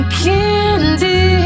candy